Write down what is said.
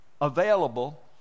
available